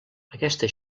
aquesta